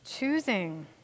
Choosing